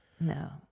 no